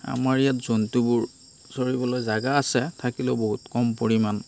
আমাৰ ইয়াত জন্তুবোৰ চৰিবলৈ জেগা আছে থাকিলেও বহুত কম পৰিমাণ